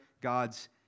God's